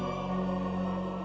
or